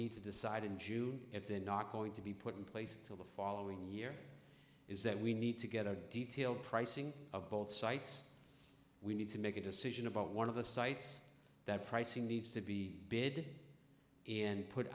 need to decide in june if they're not going to be put in place until the following year is that we need to get a detail pricing of both sites we need to make a decision about one of the sites that pricing needs to be bid and put